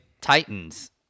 titans